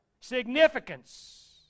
significance